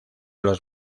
los